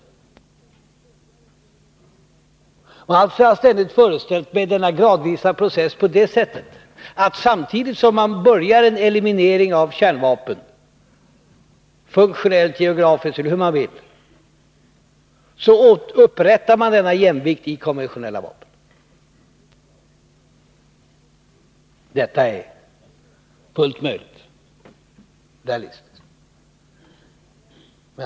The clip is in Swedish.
Jag har alltså ständigt föreställt mig denna gradvisa process på det sättet, att samtidigt som man börjar en eliminering av kärnvapen — funktionellt, geografiskt eller hur man vill — så upprättar man en jämvikt i fråga om konventionella vapen. Detta är fullt möjligt och realistiskt.